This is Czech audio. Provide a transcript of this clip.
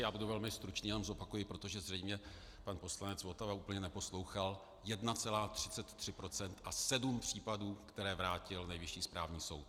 Já budu velmi stručný a jenom zopakuji, protože zřejmě pan poslanec Votava úplně neposlouchal, 1,33 % a 7 případů, které vrátil Nejvyšší správní soud.